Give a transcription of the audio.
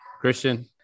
Christian